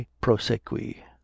prosequi